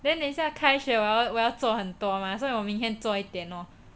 then 等一下开学我要我要做很多 mah 所以我明天做一点咯